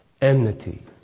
Enmity